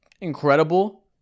incredible